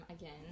again